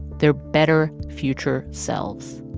their better future selves.